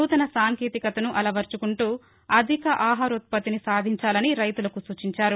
నూతన సాంకేతికతను అలవర్చుకుంటూ అధిక ఆహారోత్పత్తిని సాధించాలని రైతులకు సూచించారు